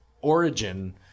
origin